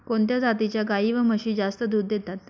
कोणत्या जातीच्या गाई व म्हशी जास्त दूध देतात?